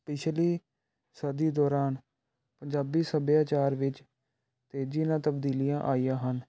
ਪਿਛਲੀ ਸਦੀ ਦੌਰਾਨ ਪੰਜਾਬੀ ਸੱਭਿਆਚਾਰ ਵਿੱਚ ਤੇਜ਼ੀ ਨਾਲ ਤਬਦੀਲੀਆਂ ਆਈਆਂ ਹਨ